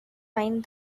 mind